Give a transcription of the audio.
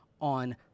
on